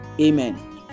Amen